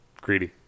Greedy